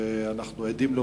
שאנו עדים לו